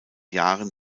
jahren